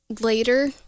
later